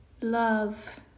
love